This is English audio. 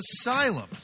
Asylum